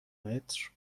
متر